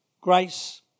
grace